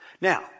Now